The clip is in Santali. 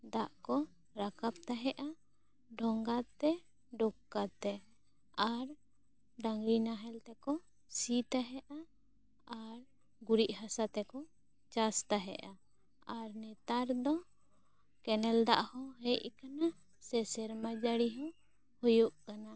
ᱫᱟᱜ ᱠᱚ ᱨᱟᱠᱟᱵ ᱛᱟᱦᱮᱸᱜᱼᱟ ᱵᱷᱚᱝᱜᱟ ᱛᱮ ᱰᱚᱵᱠᱟᱛᱮ ᱟᱨ ᱰᱟᱝᱨᱤ ᱱᱟᱦᱮᱞ ᱛᱮᱠᱚ ᱥᱤ ᱛᱟᱦᱮᱸᱜᱼᱟ ᱟᱨ ᱜᱩᱨᱤᱡ ᱦᱟᱥᱟ ᱛᱮ ᱠᱚ ᱪᱟᱥ ᱛᱟᱦᱮᱸᱜᱼᱟ ᱟᱨ ᱱᱮᱛᱟᱨ ᱫᱚ ᱠᱮᱱᱮᱞ ᱫᱟᱜ ᱦᱚᱸ ᱦᱮᱡ ᱟᱠᱟᱱᱟ ᱥᱮ ᱥᱮᱨᱢᱟ ᱡᱟᱹᱲᱤ ᱦᱚᱸ ᱦᱩᱭᱩᱜ ᱠᱟᱱᱟ